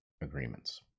agreements